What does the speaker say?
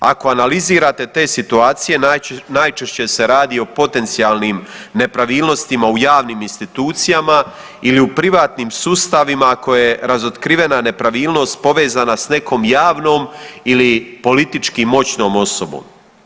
Ako analizirate te situacije najčešće se radi o potencijalnim nepravilnostima u javnim institucijama ili u privatnim sustavima koje razotkrivena nepravilnost povezana s nekom javnom ili politički moćnom osobom.